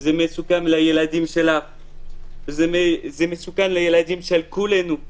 זה מסוכן לילדים שלך, זה מסוכן לילדים של כולנו.